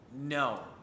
no